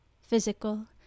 physical